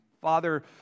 father